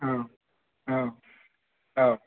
औ औ औ